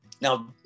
Now